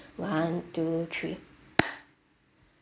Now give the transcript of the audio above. one two three